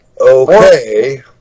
okay